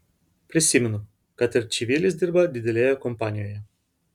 prisimenu kad ir čivilis dirba didelėje kompanijoje